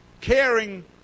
Caring